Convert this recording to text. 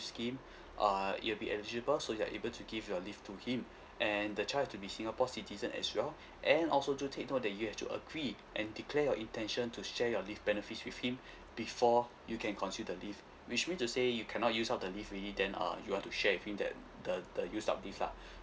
scheme err he will be eligible so you are able to give your leave to him and the child have to be singapore citizen as well and also do take note that you have to agree and declare your intention to share your leave benefits with him before you can consume the leave which means to say you cannot use up the leave already then uh you want to share with him that the the used up leaves lah